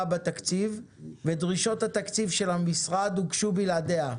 בתקציב ודרישות התקציב של המשרד הוגשו בלעדיה.